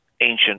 ancient